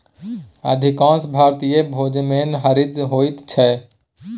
अधिकांश भारतीय भोजनमे हरदि होइत छै